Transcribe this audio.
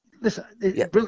listen